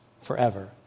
forever